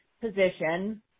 position